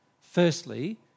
firstly